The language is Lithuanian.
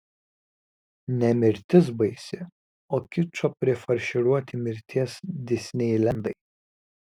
ne mirtis baisi o kičo prifarširuoti mirties disneilendai